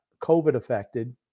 COVID-affected